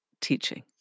teaching